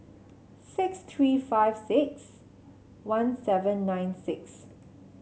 six three five six one seven nine six